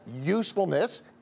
usefulness